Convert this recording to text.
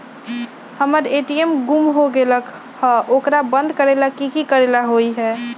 हमर ए.टी.एम गुम हो गेलक ह ओकरा बंद करेला कि कि करेला होई है?